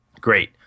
Great